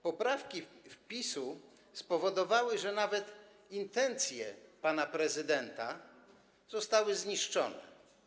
Poprawki PiS-u spowodowały, że nawet intencje pana prezydenta zostały zaprzepaszczone.